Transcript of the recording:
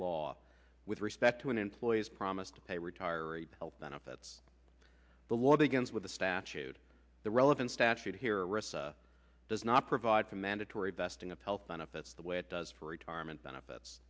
law with respect to an employee's promise to pay retiree health benefits the law begins with a statute the relevant statute here rests does not provide for mandatory testing of health benefits the way it does for retirement benefits